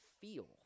feel